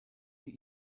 die